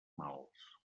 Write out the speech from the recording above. mals